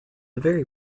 very